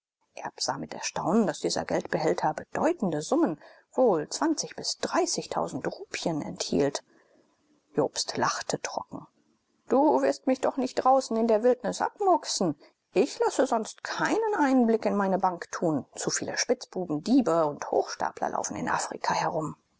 mit erstaunen daß dieser geldbehälter bedeutende summen